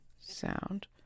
sound